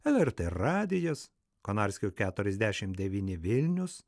lrt radijas konarskio keturiasdešim devyni vilnius